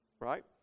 right